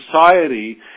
society